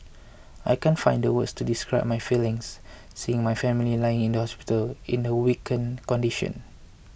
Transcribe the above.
I can't find the words to describe my feelings seeing my family lying in the hospital in a weakened condition